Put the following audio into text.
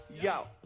Yo